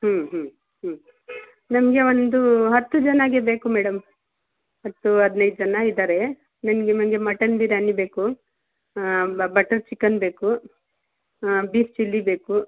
ಹ್ಞೂ ಹ್ಞೂ ಹ್ಞೂ ನಮಗೆ ಒಂದು ಹತ್ತು ಜನಗೆ ಬೇಕು ಮೇಡಮ್ ಹತ್ತು ಹದಿನೈದು ಜನ ಇದ್ದಾರೆ ನಿಮಗೆ ಮಂಗೆ ಮಟನ್ ಬಿರ್ಯಾನಿ ಬೇಕು ಬಟರ್ ಚಿಕನ್ ಬೇಕು ಬೀಫ್ ಚಿಲ್ಲಿ ಬೇಕು